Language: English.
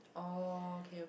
oh okay okay